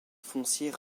foncier